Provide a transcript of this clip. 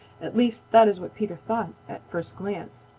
at least, that is what peter thought at first glance.